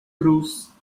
bruise